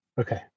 okay